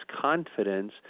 confidence